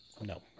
No